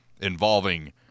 involving